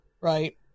Right